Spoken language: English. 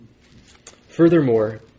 Furthermore